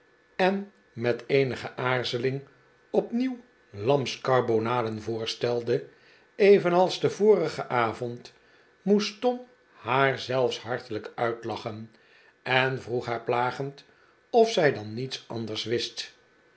en met eenige aarzeling opnieuw lamskarbonaden voorstelde evenals den vorigen avond moest tom haar zelfs hartelijk uitlachen en vroeg haar plagend of zij dan niets anders wist